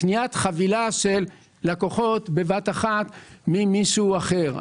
קניית חבילה של לקוחות בבת אחת ממישהו אחר.